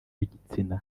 y’igitsina